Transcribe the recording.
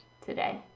today